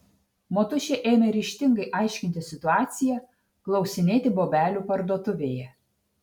motušė ėmė ryžtingai aiškintis situaciją klausinėti bobelių parduotuvėje